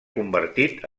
convertit